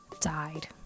died